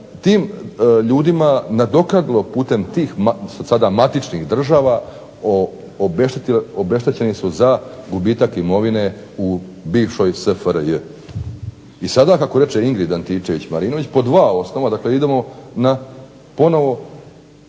tim ljudima nadoknadilo putem sada tih matičnih država obeštećeni su za gubitak imovine u bivšoj SFRJ. I sada kako reče Ingrid Antičević Marinović po dva osnova dakle idemo na ponovno